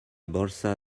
borsa